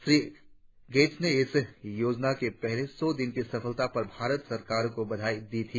Shri Gates ने इस योजना के पहले सौ दिन की सफलता पर भारत सरकार को बधाई दी थी